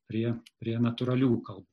prie prie natūraliųjų kalbų